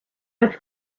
was